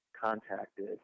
contacted